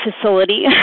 facility